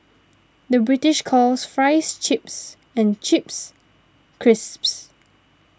the British calls Fries Chips and Chips Crisps